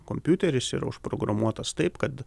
kompiuteris yra užprogramuotas taip kad